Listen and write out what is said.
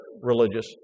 religious